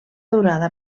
durada